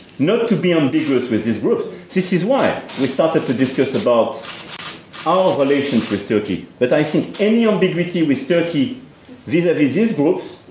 not to be ambiguous with these groups. this is why we started to discuss about our ah relations with turkey. but i think any ambiguity with turkey vis-a-vis these groups